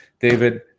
David